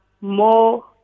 more